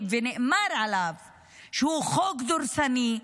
ונאמר עליו שהוא חוק דורסני,